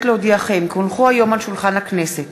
שולחן הכנסת,